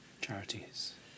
charities